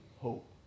hope